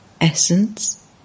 Essence